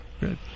Good